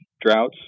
droughts